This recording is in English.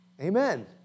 Amen